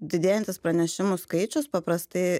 didėjantis pranešimų skaičius paprastai